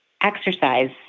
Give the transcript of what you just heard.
Exercise